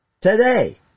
today